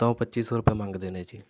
ਤਾਂ ਉਹ ਪੱਚੀ ਸੌ ਰੁਪਿਆ ਮੰਗਦੇ ਨੇ ਜੀ